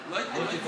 לא רק שאתה